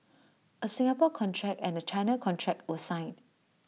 A Singapore contract and A China contract were signed